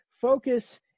focus